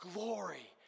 Glory